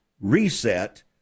reset